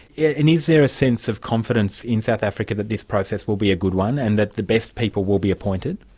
yeah is there a sense of confidence in south africa that this process will be a good one, and that the best people will be appointed?